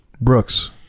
Brooks